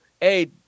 hey